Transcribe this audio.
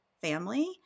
family